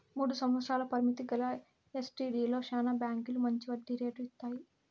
మూడు సంవత్సరాల పరిమితి గల ఎస్టీడీలో శానా బాంకీలు మంచి వడ్డీ రేటు ఇస్తాయి